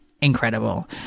incredible